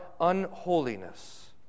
unholiness